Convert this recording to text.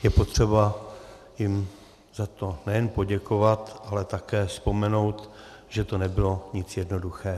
Je potřeba jim za to nejen poděkovat, ale také vzpomenout, že to nebylo nic jednoduchého.